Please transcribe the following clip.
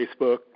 facebook